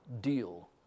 deal